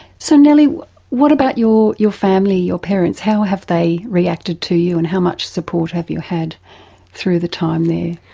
so nellie what about your your family, your parents how have they reacted to you and how much support have you had through the time there?